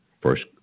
first